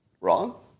Wrong